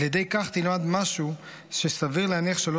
על ידי כך תלמד משהו שסביר להניח שלא